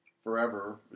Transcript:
Forever